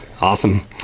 Awesome